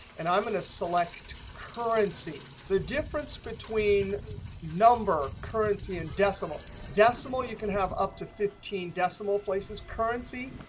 and i'm going to select currency. the difference between number, currency, and decimal decimal, you can have up to fifteen decimal places. currency,